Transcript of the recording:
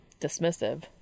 dismissive